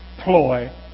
ploy